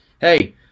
hey –